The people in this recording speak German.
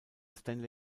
stanley